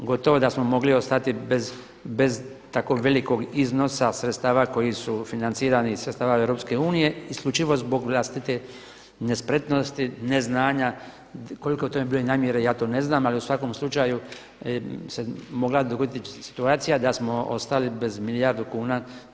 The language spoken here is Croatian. Gotovo da smo mogli ostati bez tako velikog iznosa sredstava koji su financirani iz sredstava Europske unije isključivo zbog vlastite nespretnosti, neznanja, koliko je to bilo i namjere ja to ne znam, ali u svakom slučaju se mogla dogoditi situacija da smo ostali bez milijardu kuna.